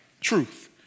truth